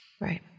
Right